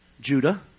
Judah